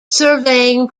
surveying